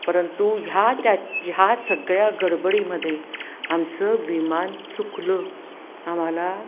परंतु ह्या त्या ह्या सगळ्या गडबडीमध्ये आमचं विमान चुकलं आम्हाला